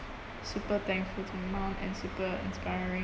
super thankful for my mum and super inspiring